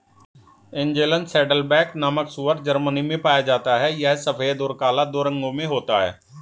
Angeln saddleback नामक सूअर Germany में पाया जाता है यह सफेद और काला दो रंगों में होता है